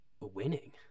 winning